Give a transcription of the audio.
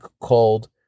called